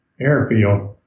Airfield